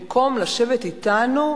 במקום לשבת אתנו,